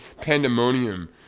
pandemonium